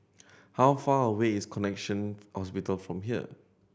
how far away is Connexion Hospital from here